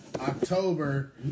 October